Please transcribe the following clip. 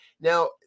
Now